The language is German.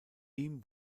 ihm